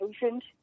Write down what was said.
patient